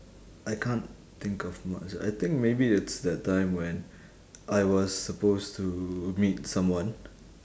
I can't think of much I think maybe it's that time when I was supposed to meet someone